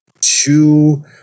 two